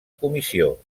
comissió